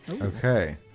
Okay